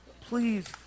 Please